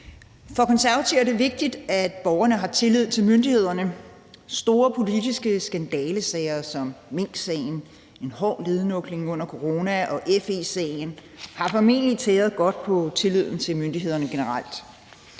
For Konservative er det vigtigt, at borgerne har tillid til myndighederne. Store politiske skandalesager som minksagen, en hård nedlukning under corona og FE-sagen har formentlig tæret godt på tilliden til myndighederne generelt.